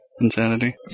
Insanity